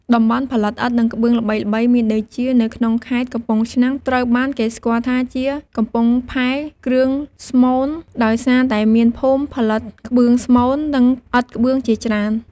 តំបន់ផលិតឥដ្ឋ និងក្បឿងល្បីៗមានដូចជា នៅក្នុងខេត្ត កំពង់ឆ្នាំង ត្រូវបានគេស្គាល់ថាជា "កំពង់ផែគ្រឿងស្មូន" ដោយសារតែមានភូមិផលិតគ្រឿងស្មូន និងឥដ្ឋក្បឿងជាច្រើន។